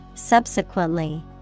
Subsequently